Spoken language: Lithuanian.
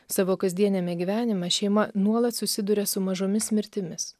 savo kasdieniame gyvenime šeima nuolat susiduria su mažomis mirtimis